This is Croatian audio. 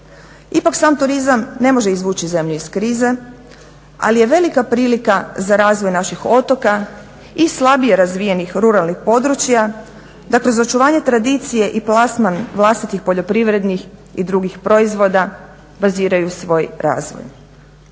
Ipak sam turizam ne može izvući zemlju iz krize, ali je velika prilika za razvoje naših otoka i slabije razvijenih ruralnih područja, dakle za očuvanje tradicije i plasman vlastitih poljoprivrednih i drugih proizvoda baziraju svoj razvoj.